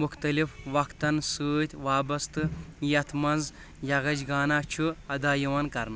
مُختلِف وقتن سۭتۍ وابستہٕ، یتھ منٛز یگشگانا چھُ ادا یِوان کرنہٕ